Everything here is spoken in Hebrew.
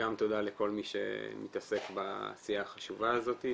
וגם תודה לכל מי שמתעסק בעשייה החשובה הזאת.